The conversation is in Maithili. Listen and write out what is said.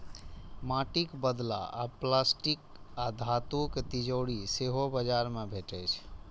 माटिक बदला आब प्लास्टिक आ धातुक तिजौरी सेहो बाजार मे भेटै छै